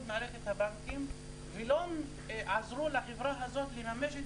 מערכת הבנקים ולא עזרו לחברה הזאת לממש את